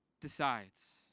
Decides